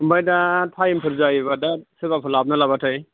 ओमफ्राय दा टाइमफोर जायोबा दा सोरबाफोर लाबोगोन ना लाबोआथाय